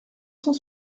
cent